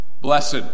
Blessed